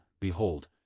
Behold